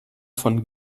von